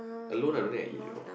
alone I don't think I eat you know